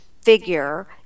figure